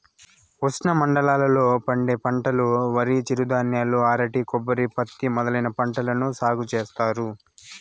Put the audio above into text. ఉష్ణమండలాల లో పండే పంటలువరి, చిరుధాన్యాలు, అరటి, కొబ్బరి, పత్తి మొదలైన పంటలను సాగు చేత్తారు